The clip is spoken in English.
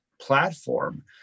platform